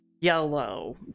yellow